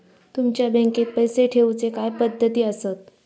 तुमच्या बँकेत पैसे ठेऊचे काय पद्धती आसत?